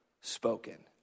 spoken